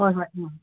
ꯍꯣꯏ ꯍꯣꯏ ꯎꯝ